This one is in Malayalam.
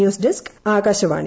news desk Akashvani